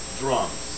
drums